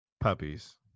Puppies